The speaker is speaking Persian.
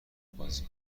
بازی